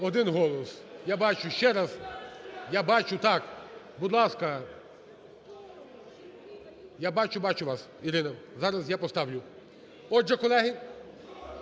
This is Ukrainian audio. Один голос, я бачу, ще раз… Я бачу, так. Будь ласка, я бачу-бачу вас, Ірино, зараз я поставлю. Отже, колеги,